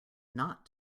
not